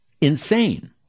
insane